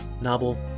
Novel